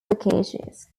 packages